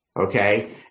okay